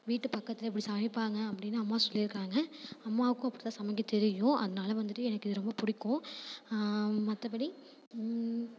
வீட்டு பக்கத்தில் எப்படி சமைப்பாங்க அப்படின்னு அம்மா சொல்லியிருக்காங்க அம்மாவுக்கும் அப்படிதான் சமைக்க தெரியும் அதனால வந்துட்டு எனக்கு இது ரொம்ப பிடிக்கும் மற்றபடி